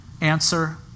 Answer